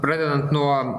pradedan nuo